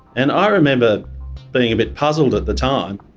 and i remember being a bit puzzled at the time.